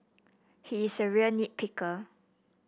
he is a real nit picker